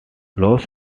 loss